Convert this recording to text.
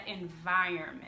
environment